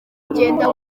ugenda